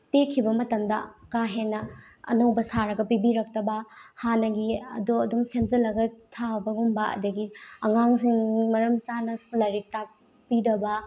ꯇꯦꯛꯈꯤꯕ ꯃꯇꯝꯗ ꯀꯥꯍꯦꯟꯅ ꯑꯅꯧꯕ ꯁꯥꯔꯒ ꯄꯤꯕꯤꯔꯛꯇꯕ ꯍꯥꯟꯅꯒꯤ ꯑꯗꯣ ꯑꯗꯨꯝ ꯁꯦꯝꯖꯤꯜꯂꯒ ꯊꯥꯕꯒꯨꯝꯕ ꯑꯗꯒꯤ ꯑꯉꯥꯡꯁꯤꯡ ꯃꯔꯝ ꯆꯥꯅ ꯂꯥꯏꯔꯤꯛ ꯇꯥꯛꯄꯤꯗꯕ